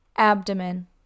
Abdomen